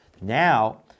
Now